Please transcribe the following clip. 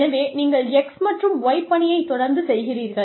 எனவே நீங்கள் x மற்றும் y பணியைத் தொடர்ந்து செய்கிறீர்கள்